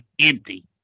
empty